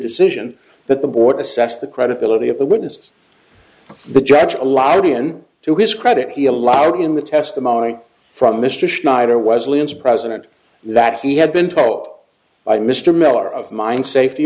decision that the board assess the credibility of the witnesses the judge allowed him to his credit he allowed in the testimony from mr schneider was liam's president that he had been taught by mr miller of mine safety